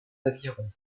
avirons